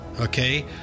Okay